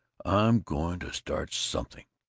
i'm going to start something!